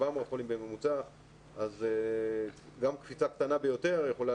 1,700 חולים בממוצע וגם קפיצה קטנה ביותר יכולה